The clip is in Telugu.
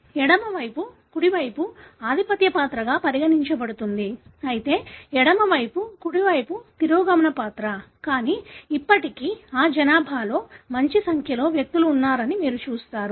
ఎడమవైపు కుడివైపు ఆధిపత్య పాత్రగా పరిగణించబడుతుంది అయితే ఎడమవైపు కుడివైపు తిరోగమన పాత్ర కానీ ఇప్పటికీ ఆ జనాభాలో మంచి సంఖ్యలో వ్యక్తులు ఉన్నారని మీరు చూస్తారు